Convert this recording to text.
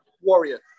warrior